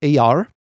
AR